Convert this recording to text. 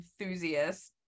enthusiast